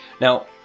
Now